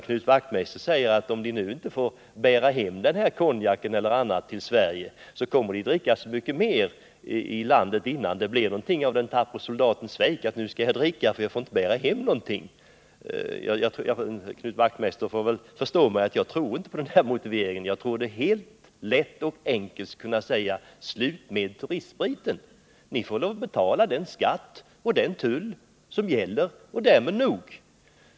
Knut Wachtmeister menar att folk, om de inte får föra med sig spriten i land, kommer att dricka desto mer på båten. Knut Wachtmeister måste förstå att jag inte tror på denna hans motivering. Nej, enklast vore att förbjuda turistspriten. Låt människor betala den skatt och den tull som gäller på andra varor, och därmed nog.